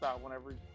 whenever